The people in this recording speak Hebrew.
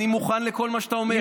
אני מוכן לכל מה שאתה אומר,